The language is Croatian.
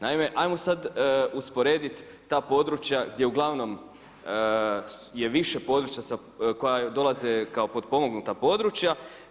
Naime, ajmo sad usporediti ta područja, gdje ugl. je više područja koja dolaze kao potpomognuta područja.